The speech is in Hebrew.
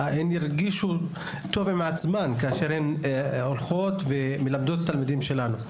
שהם ירגישו טוב עם עצמן כאשר הן מלמדות את התלמידים שלנו.